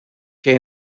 que